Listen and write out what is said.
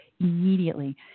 immediately